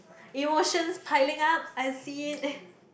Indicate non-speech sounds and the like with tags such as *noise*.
emotions piling up I see it *breath*